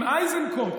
עם איזנקוט,